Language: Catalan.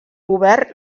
govern